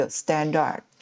standard